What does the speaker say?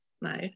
no